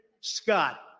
Scott